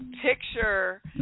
picture